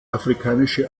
afrikanische